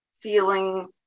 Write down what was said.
feeling